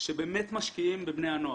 שבאמת משקיעים בבני הנוער,